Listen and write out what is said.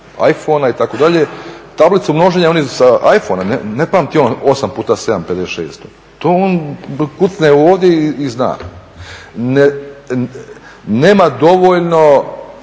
i-Phonea itd. Tablicu množenja oni sa i-Phonea, ne pamti on 8x7=56. To on kucne ovdje i zna. Nema dovoljno,